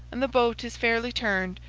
and the boat is fairly turned,